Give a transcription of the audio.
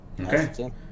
Okay